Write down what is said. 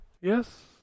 Yes